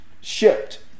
shipped